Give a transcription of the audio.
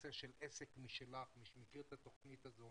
בנושא של 'עסק משלך', מי שמכיר את התכנית הזאת